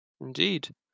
Indeed